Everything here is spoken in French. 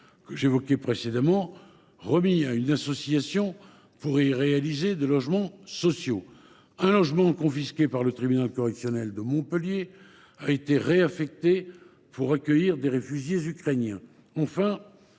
que j’évoquais précédemment, a été remis à une association pour y réaliser des logements sociaux ; un logement, confisqué par le tribunal correctionnel de Montpellier, a été réaffecté pour accueillir des réfugiés ukrainiens. Enfin,